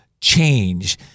change